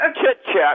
chit-chat